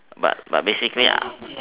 but but basically